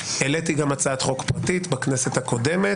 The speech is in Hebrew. העליתי גם הצעת חוק פרטית בכנסת הקודמת,